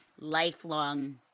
lifelong